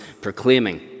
proclaiming